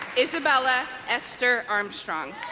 isabella esther armstrong